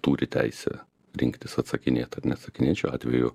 turi teisę rinktis atsakinėt ar neatsakinėt šiuo atveju